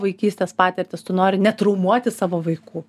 vaikystės patirtis tu nori netraumuoti savo vaikų